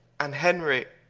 and henry,